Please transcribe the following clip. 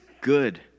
good